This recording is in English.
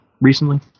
recently